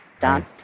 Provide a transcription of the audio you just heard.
Don